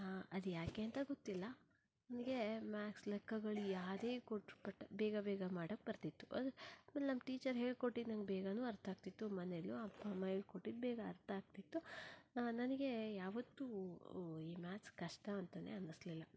ಹಾ ಅದ್ಯಾಕೆ ಅಂತ ಗೊತ್ತಿಲ್ಲ ನನಗೆ ಮ್ಯಾಥ್ಸ್ ಲೆಕ್ಕಗಳು ಯಾವುದೇ ಕೊಟ್ಟರೂ ಪಟ್ ಬೇಗ ಬೇಗ ಮಾಡಕ್ಕೆ ಬರ್ತಿತ್ತು ಅದು ಆಮೇಲೆ ನಮ್ಮ ಟೀಚರ್ ಹೇಳ್ಕೊಟ್ಟಿದ್ದು ನನಗೆ ಬೇಗನೂ ಅರ್ಥ ಆಗ್ತಿತ್ತು ಮನೇಲೂ ಅಪ್ಪ ಅಮ್ಮ ಹೇಳ್ಕೊಟ್ಟಿದ್ದು ಬೇಗ ಅರ್ಥ ಆಗ್ತಿತ್ತು ನನಗೆ ಯಾವತ್ತೂ ಈ ಮ್ಯಾಥ್ಸ್ ಕಷ್ಟ ಅಂತಲೇ ಅನಿಸ್ಲಿಲ್ಲ